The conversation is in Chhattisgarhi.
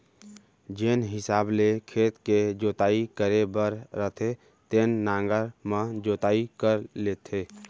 जेन हिसाब ले खेत के जोताई करे बर रथे तेन नांगर म जोताई कर लेथें